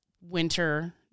Winter